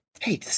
Hey